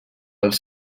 els